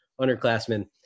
underclassmen